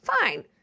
fine